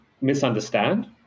misunderstand